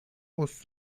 aus